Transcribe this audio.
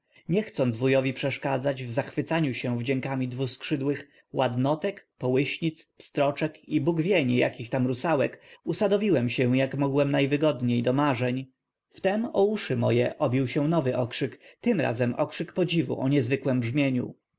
nie chcąc wujowi przeszkadzać w zachwycaniu się wdziękami dwuskrzydłych ładnotek połyśnic pstroczek i bóg wie nie jakich tam rusałek usadowiłem się jak mogłem najwygodniej do marzeń wtem o uszy moje obił się nowy okrzyk tym razem okrzyk podziwu o niezwykłem brzmieniu